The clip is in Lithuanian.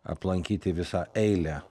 aplankyti visą eilę